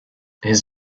his